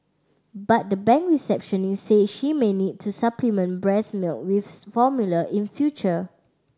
but the bank receptionist said she may need to supplement breast milk with formula in future